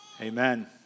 amen